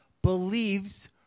Believes